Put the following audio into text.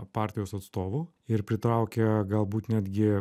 partijos atstovų ir pritraukia galbūt netgi